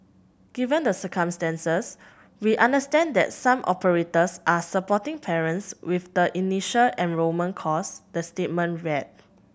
given the circumstances we understand that some operators are supporting parents with the initial enrolment costs the statement read